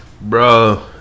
Bro